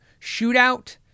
shootout